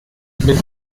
mit